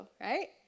right